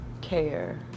care